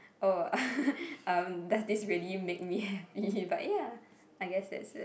oh uh does this really make me happy but ya I guess that's it